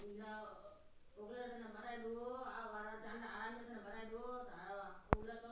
alpaca झुण्डत रहनेवाला जंवार ह छे